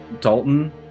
Dalton